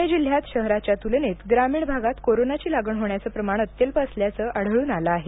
पुणे जिल्ह्यात शहराच्या तुलनेत ग्रामीण भागात कोरोनाची लागण होण्याचं प्रमाण अत्यल्प असल्याचं आढळून आलं आहे